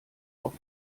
auf